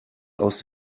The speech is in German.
aus